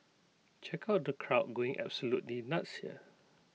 check out the crowd going absolutely nuts here